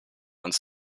uns